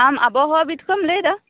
ᱟᱢ ᱟᱵᱚᱦᱟᱣᱟ ᱵᱤᱫᱽ ᱠᱷᱚᱱᱮᱢ ᱞᱟᱹᱭᱮᱫᱟ